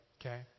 Okay